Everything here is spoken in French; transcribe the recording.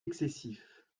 excessif